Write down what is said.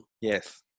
Yes